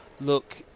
look